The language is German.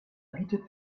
bietet